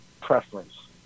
preference